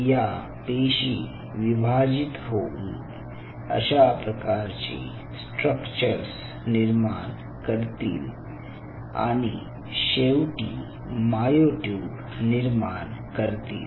या पेशी विभाजित होऊन अशा प्रकारचे स्ट्रक्चर्स निर्माण करतील आणि शेवटी मायोट्युब निर्माण करतील